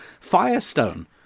Firestone